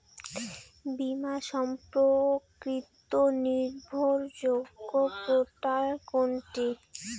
বীমা সম্পর্কিত নির্ভরযোগ্য পোর্টাল কোনটি?